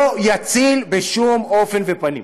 לא יציל בשום אופן ופנים.